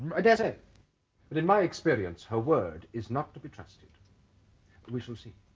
i daresay but in my experience her word is not to be trusted but we shall see